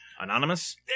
Anonymous